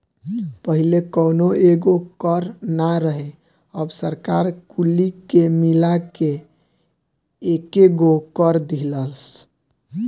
पहिले कौनो एगो कर ना रहे अब सरकार कुली के मिला के एकेगो कर दीहलस